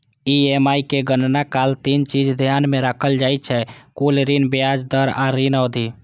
EMI के गणना काल तीन चीज ध्यान मे राखल जाइ छै, कुल ऋण, ब्याज दर आ ऋण अवधि